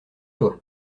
toi